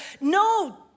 no